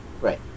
Right